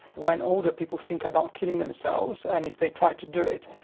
when older people think about killing themselves and if they try to do it,